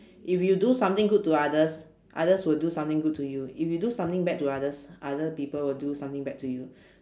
if you do something good to others others will do something good to you if you do something bad to others other people will do something bad to you